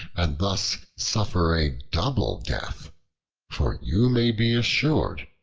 and thus suffer a double death for you may be assured,